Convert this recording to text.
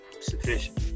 sufficient